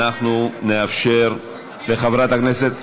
אנחנו נאפשר לחברת הכנסת,